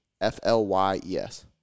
F-L-Y-E-S